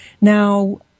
Now